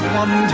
one